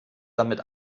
damit